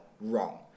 wrong